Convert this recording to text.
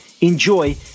enjoy